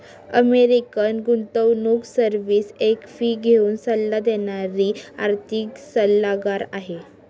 American गुंतवणूक service एक fee घेऊन सल्ला देणारी आर्थिक सल्लागार आहे